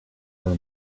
are